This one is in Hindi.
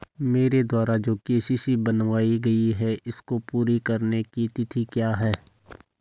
मेरे द्वारा जो के.सी.सी बनवायी गयी है इसको पूरी करने की तिथि क्या है?